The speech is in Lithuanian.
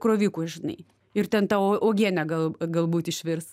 kroviku žinai ir ten tavo uogienę gal galbūt išvirs